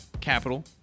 capital